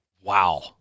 Wow